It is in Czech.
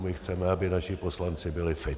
My chceme, aby naši poslanci byli fit.